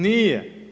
Nije.